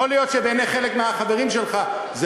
יכול להיות שבעיני חלק מהחברים שלך זה